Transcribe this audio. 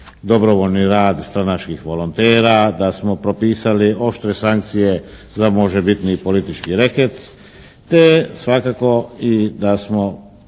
dobrovoljni rad stranačkih volontera, da smo propisali oštre sankcije za možebitni politički reket. Te svakako i da smo